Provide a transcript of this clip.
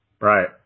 Right